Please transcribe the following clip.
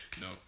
No